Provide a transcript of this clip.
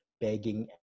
begging